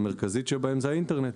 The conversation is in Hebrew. כאשר המרכזית שבהן היא האינטרנט,